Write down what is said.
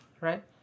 right